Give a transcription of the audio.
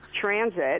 transit